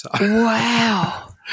Wow